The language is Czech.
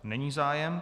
Není zájem.